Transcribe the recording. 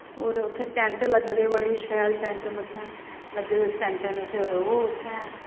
होर उत्थें टैंट लग्गे दे बड़े शैल टैंट न उत्थें लग्गे दे उत्थै टैंटैं बिच्च रवो उत्थैं